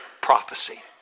prophecy